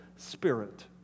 spirit